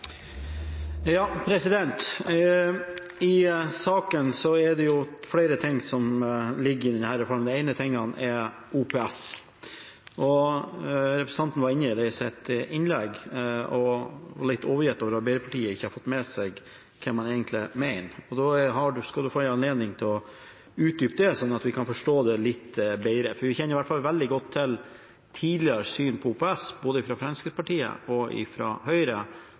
OPS. Representanten var inne på det i sitt innlegg, og var litt overgitt over at Arbeiderpartiet ikke har fått med seg hva man egentlig mener. Da skal representanten få anledning til å utdype det, slik at vi kan forstå det litt bedre. Vi kjenner i hvert fall veldig godt til både Fremskrittspartiets og Høyres tidligere syn på OPS,